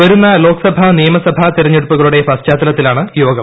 വരുന്ന ലോക്സഭാ നിയമസഭാ തെരഞ്ഞെടുപ്പുകളുടെ പശ്ചാത്തലത്തി ലാണ് യോഗം